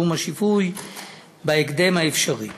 סכום השיפוי בהקדם האפשרי.